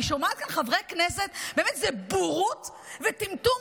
אני שומעת כאן חברי כנסת באמת זה בורות וטמטום